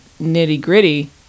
nitty-gritty